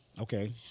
Okay